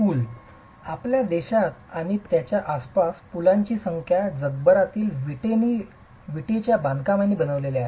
पूल आपल्या देशात आणि त्याच्या आसपासच्या पुलांची संख्या जगभरातील विटाने बांधकामांनी बनविलेले आहेत